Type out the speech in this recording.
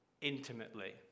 intimately